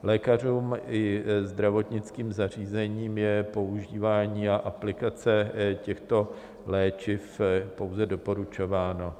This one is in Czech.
Lékařům i zdravotnickým zařízením je používání a aplikace těchto léčiv pouze doporučováno.